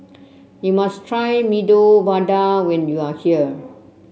you must try Medu Vada when you are here